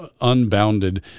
unbounded